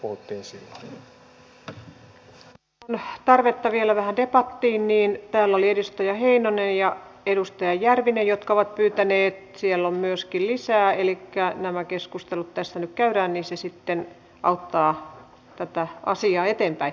täällä on tarvetta vielä vähän debattiin täällä olivat edustaja heinonen ja edustaja järvinen jotka ovat pyytäneet siellä on myöskin lisää elikkä nämä keskustelut tässä nyt käydään ja se sitten auttaa tätä asiaa eteenpäin